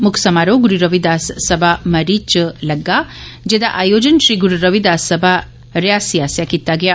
मुक्ख समारोह गुरू रविदास सभा मरी च लग्गा जेह्दा आयोजन श्री गुरू रविदास सभा रियासी आस्सेआ कीता गेआ